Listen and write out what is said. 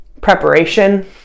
preparation